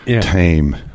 tame